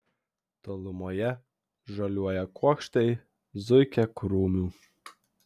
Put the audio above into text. tolumoje žaliuoja kuokštai zuikiakrūmių